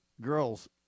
girls